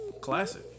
Classic